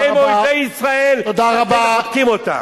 הם אויבי ישראל, שאתם מחבקים אותם.